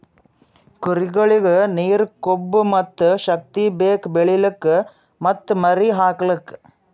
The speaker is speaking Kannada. ಕುರಿಗೊಳಿಗ್ ನೀರ, ಕೊಬ್ಬ ಮತ್ತ್ ಶಕ್ತಿ ಬೇಕು ಬೆಳಿಲುಕ್ ಮತ್ತ್ ಮರಿ ಹಾಕಲುಕ್